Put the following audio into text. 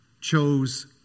chose